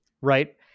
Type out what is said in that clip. Right